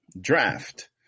draft